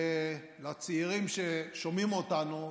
ולצעירים ששומעים אותנו,